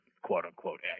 quote-unquote